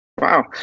Wow